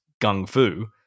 gung-fu